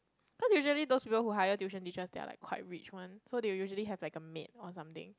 cause usually those people who hire tuition teachers they are like quite rich one so they will usually have like a maid or something